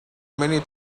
many